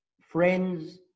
friends